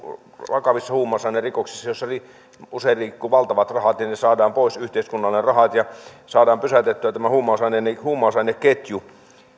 vakavissa huumausainerikoksissa joissa usein liikkuu valtavat rahat ne rahat saadaan pois yhteiskunnalle ja saadaan pysäytettyä tämä huumausaineketju huumausaineketju